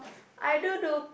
I don't know